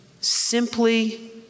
simply